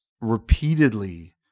repeatedly